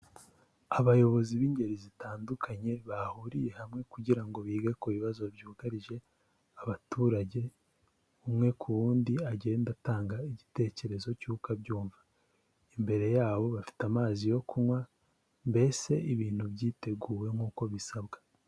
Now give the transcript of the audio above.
Abayobozi b'ingeri zitandukanye bahuriye hamwe kugira ngo bige ku bibazo byugarije abaturage, umwe ku wundi agenda atanga igitekerezo cy'uko abyumva. Imbere yabo bafite amazi yo kunywa mbese ibintu byiteguwe nk'uko bisabwa.